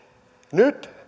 nyt